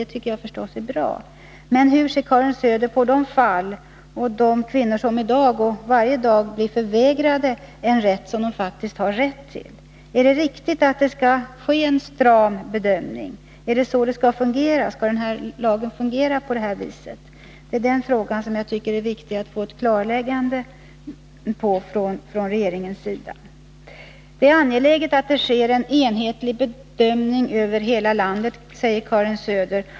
Det tycker jag förstås är bra. Men hur ser Karin Söder på de fall som förekommer i dag och varje dag, där kvinnor faktiskt blir förvägrade sin rätt? Är det riktigt att det skall ske en stram bedömning? Är det så den här lagen skall fungera? Det är angående den frågan jag tycker det är viktigt att få ett klarläggande från regeringens sida. Det är angeläget att det sker en enhetlig bedömning över hela landet, säger Karin Söder.